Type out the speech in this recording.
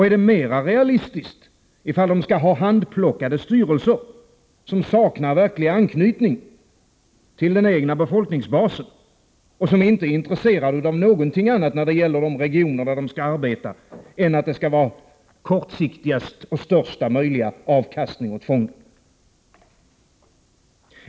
Är det mera realistiskt, ifall de skall ha handplockade styrelser som saknar verklig anknytning till den egna befolkningsbasen och som inte är intresserade av någonting annat när det gäller de regioner där de skall arbeta än att kortsiktigt åstadkomma största möjliga avkastning åt fonden?